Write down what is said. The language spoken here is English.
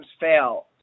fail